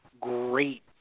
great